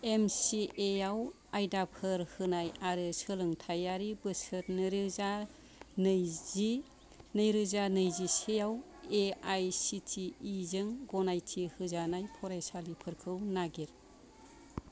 M C A आव आयदाफोर होनाय आरो सोलोंथाइयारि बोसोर नै रोजा नैजि नै रोजा नैजिसे आव A I C T E जों गनायथि होजानाय फरायसालिफोरखौ नागिर